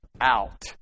out